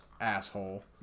Asshole